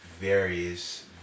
various